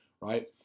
right